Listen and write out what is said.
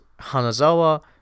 Hanazawa